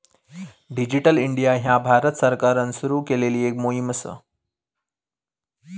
digital India ह्या भारत सरकारान सुरू केलेली मोहीम असा